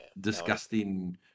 disgusting